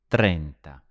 Trenta